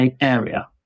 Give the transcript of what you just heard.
area